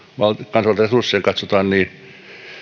resursseja